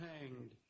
hanged